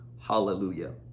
hallelujah